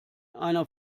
einer